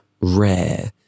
Rare